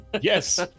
yes